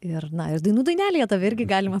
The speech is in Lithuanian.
ir na ir dainų dainelėje tave irgi galima